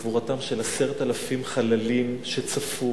לקבורתם של 10,000 חללים שצפו